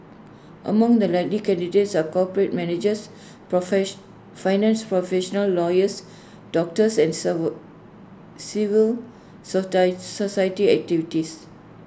among the likely candidates are corporate managers finance professionals lawyers doctors and serval civil society activists